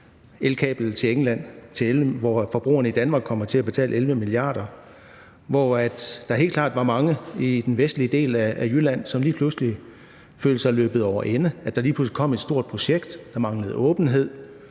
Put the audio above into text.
elkablet til England, hvor forbrugerne i Danmark kommer til at betale 11 mia. kr. Der var helt klart mange i den vestlige del af Jylland, som lige pludselig følte sig løbet over ende af, at der lige pludselig kom et stort projekt. Der manglede åbenhed.